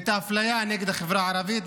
ואת האפליה נגד החברה הערבית,